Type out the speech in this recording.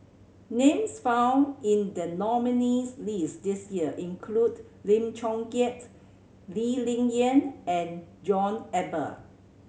names found in the nominees' list this year include Lim Chong Keat Lee Ling Yen and John Eber